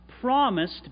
promised